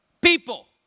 people